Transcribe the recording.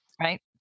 right